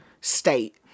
state